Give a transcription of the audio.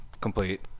Complete